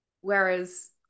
Whereas